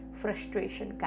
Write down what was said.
frustration